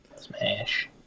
Smash